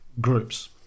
groups